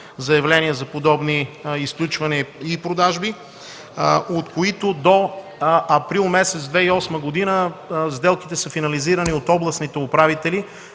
за подобно изключване и продажби, от които до април месец 2008 г. сделките са финализирани от областните управители.